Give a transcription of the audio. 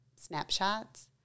snapshots